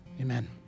Amen